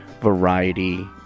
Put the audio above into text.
variety